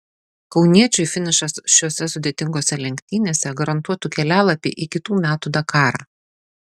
kauniečiui finišas šiose sudėtingose lenktynėse garantuotų kelialapį į kitų metų dakarą